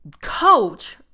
coach